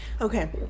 Okay